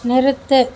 நிறுத்து